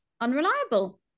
unreliable